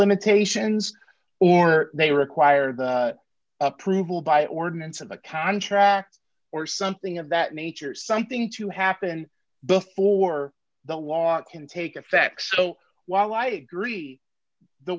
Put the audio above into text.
limitations or they require the approval by ordinance of the contract or something of that nature something to happen before the law can take effect so while i agree the